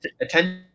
attention